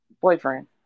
boyfriend